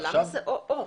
למה זה או או?